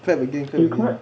clap again clap again